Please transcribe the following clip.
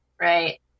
right